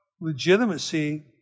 legitimacy